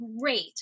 great